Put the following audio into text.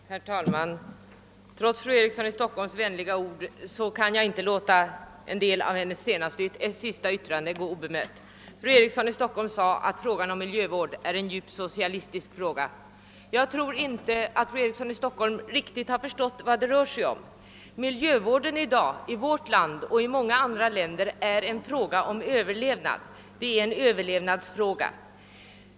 Herr talman! Trots fru Erikssons i Stockholm vänliga ord kan jag inte låta några av hennes senaste yttranden passera opåtalade. Fru Eriksson sade att frågan om miljövården är en djupt socialistisk fråga. Jag undrar då om fru Eriksson har riktigt förstått vad det här rör sig om. Miljövården i vårt land och i många andra länder är i dag en fråga om att överleva.